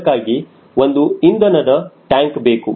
ಅದಕ್ಕಾಗಿ ಒಂದು ಇಂಧನದ ಟ್ಯಾಂಕ್ ಬೇಕು